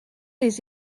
les